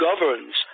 governs